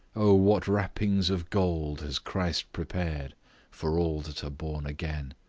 o what wrappings of gold has christ prepared for all that are born again!